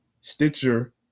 Stitcher